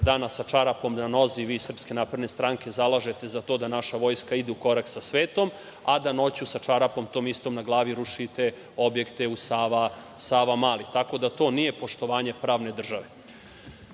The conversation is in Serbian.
danas sa čarapom na nozi vi iz Srpske napredne stranke, zalažete za to da naša Vojska ide u korak sa svetom, a da noću sa čarapom tom istom na glavi rušite objekte u „Savamali“, tako da to nije poštovanje pravne države. Ono